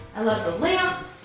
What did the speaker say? i love the lamps,